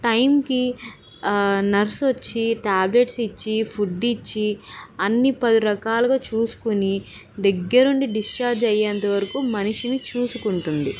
టైంకి నర్స్ వచ్చి ట్యాబ్లెట్స్ ఇచ్చి ఫుడ్ ఇచ్చి అన్ని పది రకాలుగా చూసుకొని దగ్గరుండి డిస్చార్జ్ అయ్యేంతవరకు మనిషిని చూసుకుంటుంది